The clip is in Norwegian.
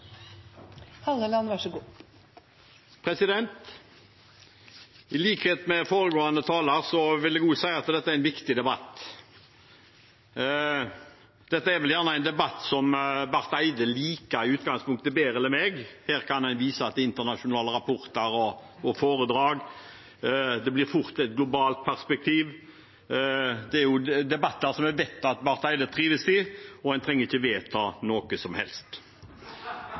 en viktig debatt. Det er vel en debatt som Barth Eide i utgangspunktet liker bedre enn meg. Her kan en vise til internasjonale rapporter og foredrag, og det blir fort et globalt perspektiv. Det er debatter vi vet at Barth Eide trives i, og en trenger ikke vedta noe som helst.